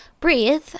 breathe